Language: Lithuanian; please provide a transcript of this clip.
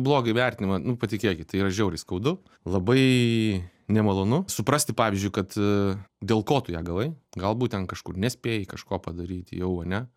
blogą įvertinimą nu patikėkit tai yra žiauriai skaudu labai nemalonu suprasti pavyzdžiui kad dėl ko tu ją gavai galbūt ten kažkur nespėji kažko padaryti jau ane